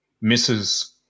misses